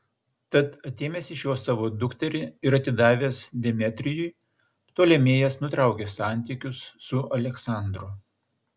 tad atėmęs iš jo savo dukterį ir atidavęs demetrijui ptolemėjas nutraukė santykius su aleksandru